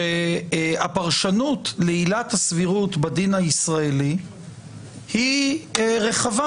שהפרשנות לעילת הסבירות בדין הישראלי היא רחבה